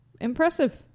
impressive